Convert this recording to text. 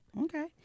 Okay